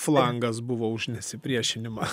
flangas buvo už nesipriešinimą